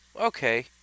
okay